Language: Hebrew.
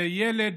שילד